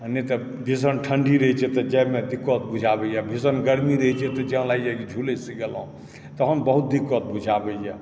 आओर नहि तऽ भीषण ठण्डी रहै छै तऽ जाइमे दिक्कत बुझबैए भीषण गर्मी रहैए तऽ जेना लागै छै कि झुलसि गुलहुँ तहन बहुत दिक्कत बुझाबैए